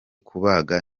kubaga